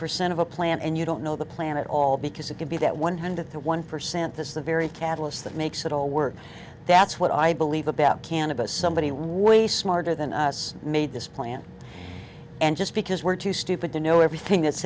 percent of a plant and you don't know the planet all because it could be that one hundred one percent this is the very catalyst that makes it all work that's what i believe about cannabis somebody way smarter than us made this plant and just because we're too stupid to know everything that